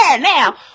now